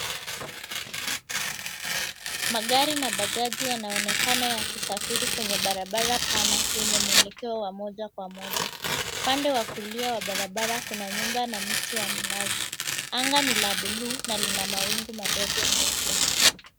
Magari na bajaji yanaonekana yakisafiri kwenye barabara pana, yenye mwelekeo wa moja kwa moja. Upande wa kulia wa barabara kuna nyumba na miti ya minazi. Anga ni la buluu na lina mawingu madogo meupe.